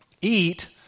eat